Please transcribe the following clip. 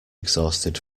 exhausted